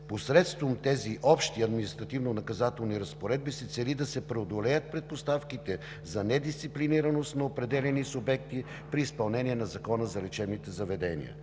Посредством тези общи административнонаказателни разпоредби се цели да се преодолеят предпоставките за недисциплинираност на определени субекти при изпълнение на Закона за лечебните заведения.